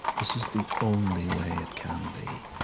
this is the only way it can be.